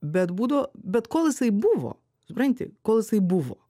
bet būdavo bet kol jisai buvo supranti kol jisai buvo